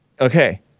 Okay